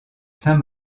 saint